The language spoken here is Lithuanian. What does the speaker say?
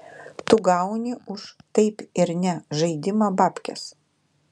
tu gauni už taip ir ne žaidimą bapkes